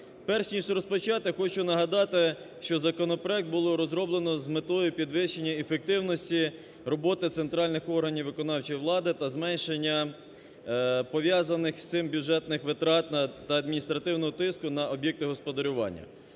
Перш ніж розпочати, хочу нагадати, що законопроект було розроблено з метою підвищення ефективності роботи центральних органів виконавчої влади та зменшення пов'язаних з цим бюджетних витрат та адміністративного тиску на об'єкти господарювання.